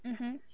mmhmm